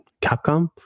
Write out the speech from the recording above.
Capcom